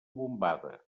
bombada